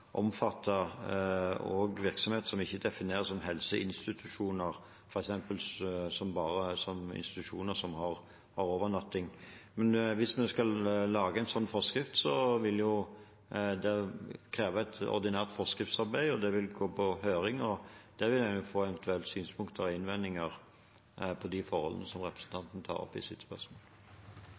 omfatte virksomhet som ikke defineres som helseinstitusjoner – altså ikke bare som institusjoner som har overnatting. Men hvis vi skal lage en slik forskrift, vil det kreve et ordinært forskriftsarbeid, og det vil gå ut på høring. Der vil en eventuelt få synspunkter på og innvendinger til de forholdene som representanten tar opp i sitt spørsmål.